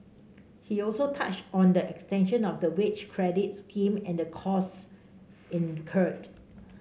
he also touched on the extension of the wage credit scheme and the costs incurred